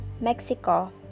Mexico